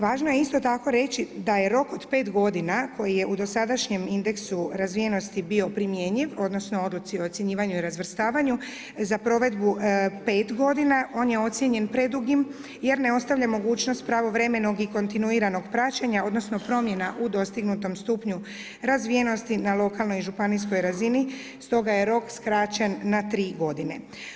Važno je isto tako reći da je rok od pet godina koji je u dosadašnjem indeksu razvijenosti bio primjenjiv odnosno o odluci o ocjenjivanju i razvrstavanju za provedbu pet godina, on je ocijenjen predugim jer ne ostavlja mogućnost pravovremenog i kontinuiranog praćenja odnosno promjena u dostignutom stupnju razvijenosti na lokalnoj i županijskoj razini, stoga je rok skraćen na tri godine.